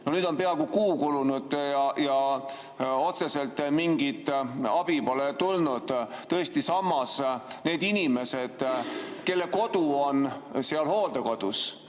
Nüüd on peaaegu kuu kulunud ja otseselt mingit abi pole tulnud. Tõesti, need inimesed, kelle kodu on hooldekodus,